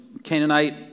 Canaanite